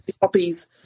copies